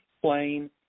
plain